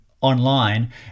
online